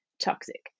toxic